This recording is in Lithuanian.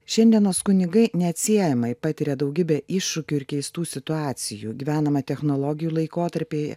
šiandienos kunigai neatsiejamai patiria daugybę iššūkių ir keistų situacijų gyvename technologijų laikotarpy